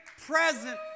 present